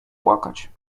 płakać